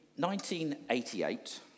1988